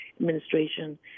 Administration